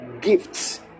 gifts